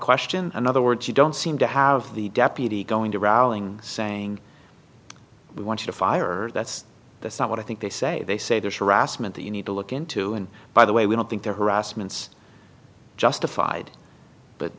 question in other words you don't seem to have the deputy going to rattling saying we want to fire that's that's not what i think they say they say there's harassment that you need to look into and by the way we don't think their harassments justified but